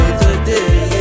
today